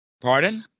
Pardon